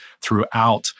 throughout